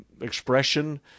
expression